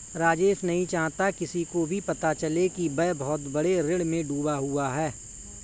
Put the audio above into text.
राजेश नहीं चाहता किसी को भी पता चले कि वह बहुत बड़े ऋण में डूबा हुआ है